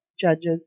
Judges